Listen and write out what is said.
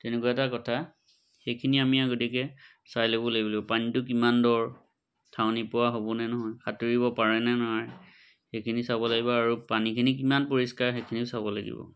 তেনেকুৱা এটা কথা সেইখিনি আমি আগতিকৈ চাই ল'ব লাগিব পানীটো কিমান দ ঠাৱনি পোৱা হ'বনে নহয় সাঁতুৰিব পাৰেনে নোৱাৰে সেইখিনি চাব লাগিব আৰু পানীখিনি কিমান পৰিষ্কাৰ সেইখিনিও চাব লাগিব